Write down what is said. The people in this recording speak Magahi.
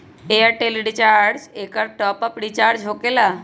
ऐयरटेल रिचार्ज एकर टॉप ऑफ़ रिचार्ज होकेला?